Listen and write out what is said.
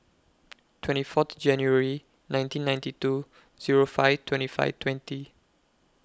twenty four January nineteen ninety two Zero five twenty five twenty